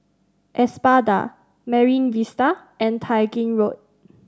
Espada Marine Vista and Tai Gin Road